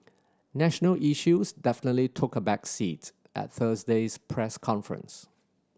national issues definitely took a back seat at Thursday's press conference